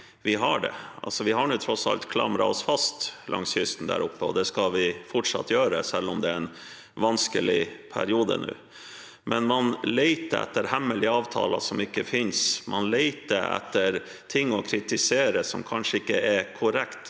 vi har det. Vi har nå tross alt klamret oss fast langs kysten der oppe, og det skal vi fortsatt gjøre, selv om det er en vanskelig periode nå. Likevel leter man etter hemmelige avtaler som ikke finnes, man leter etter ting å kritisere som kanskje ikke er korrekt